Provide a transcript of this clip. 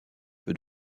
peut